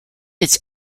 its